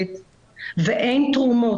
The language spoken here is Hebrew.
יחסית ואין תרומות,